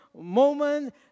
moment